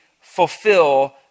fulfill